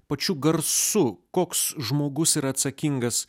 pačiu garsu koks žmogus yra atsakingas